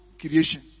creation